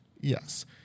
Yes